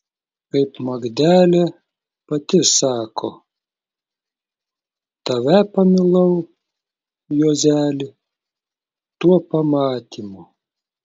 kaip magdelė pati sako tave pamilau juozeli tuo pamatymu